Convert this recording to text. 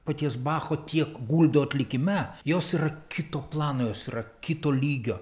paties bacho tiek guldo atlikime jos yra kito plano jos yra kito lygio